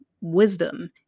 wisdom